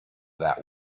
that